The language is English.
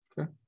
Okay